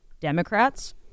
Democrats